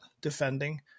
defending